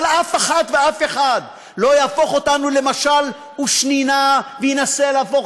אבל אף אחד ואף אחת לא יהפכו אותנו למשל ושנינה וינסה להפוך,